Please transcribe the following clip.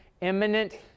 imminent